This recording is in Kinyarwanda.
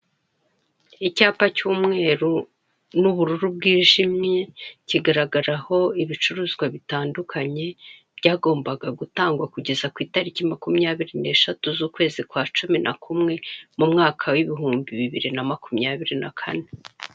Icyapa cyumweru n'ubururu bwijimye kigaragaraho ibicuruzwa bitandukanye byagombaga gutangwa kugeza ku italiki myakumyabiri neshatu za ukwezi kwa cumi nakumwe mumwaka wibihumbi bibiri na makumyabiri na kane.